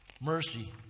Mercy